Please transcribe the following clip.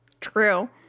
True